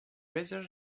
rather